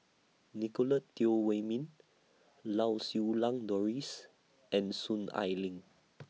Nicolette Teo Wei Min Lau Siew Lang Doris and Soon Ai Ling